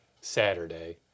Saturday